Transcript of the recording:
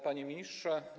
Panie Ministrze!